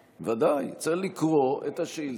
מה, צריך לקרוא את שתיהן?